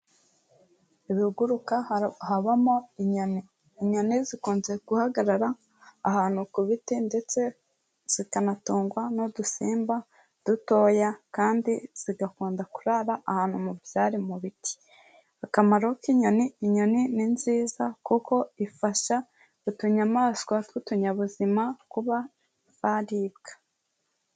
Ibiguruka habamo inyoni. Inyoni zikunze guhagarara ahantu ku biti, ndetse zikanatungwa n'udusimba dutoya, kandi zigakunda kurara ahantu mu byari, mu biti. Akamaro k'inyoni: inyoni ni nziza kuko ifasha utunyamaswa tw'utunyabuzima, kuba zaribwa.